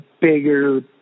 bigger